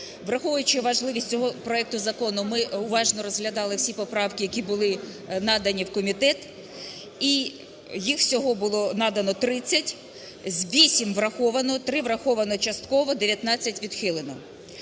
Враховуючи важливість цього проекту закону, ми уважно розглядали всі поправки, які були надані в комітет. І їх всього було надано 30: 8 – враховано, 3 – враховано частково, 19 – відхилено.